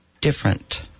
different